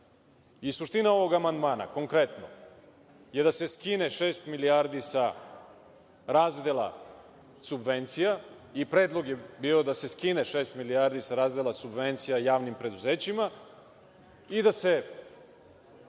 Srbiji. Suština ovog amandmana konkretno je da se skine šest milijardi sa razdela subvencija i predlog je bio da se skine šest milijardi sa razdela subvencija javnim preduzećima i da se